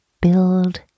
Build